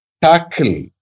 tackle